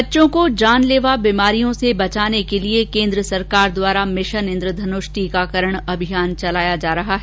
बच्चों को जानलेवा बीमारियों से बचाने के लिये केन्द्र सरकार द्वारा मिशन इन्द्रधनुष टीकाकरण अभियान चलाया जा रहा है